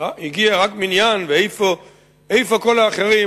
הגיע רק מניין ואיפה כל האחרים,